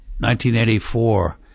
1984